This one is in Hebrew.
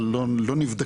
אבל לא נבדקים.